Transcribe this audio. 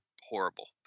horrible